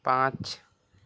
पाच